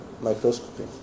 microscopy